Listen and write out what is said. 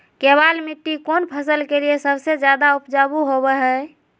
केबाल मिट्टी कौन फसल के लिए सबसे ज्यादा उपजाऊ होबो हय?